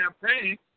campaign